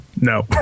no